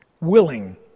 Willing